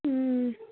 اۭں